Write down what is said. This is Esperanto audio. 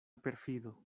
perfido